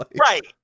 Right